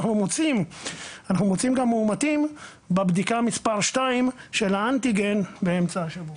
ואנחנו מוצאים גם מאומתים בבדיקה מספר 2 של האנטיגן באמצע השבוע.